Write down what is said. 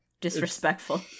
Disrespectful